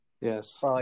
Yes